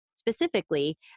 specifically